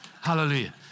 hallelujah